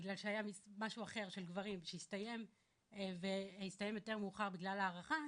בגלל שהיה משהו אחר של גברים שהסתיים יותר מאוחר בגלל הארכה,